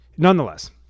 Nonetheless